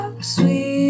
Sweet